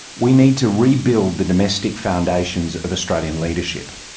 we need to rebuild the domestic foundations of australian leadership.